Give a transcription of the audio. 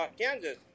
Kansas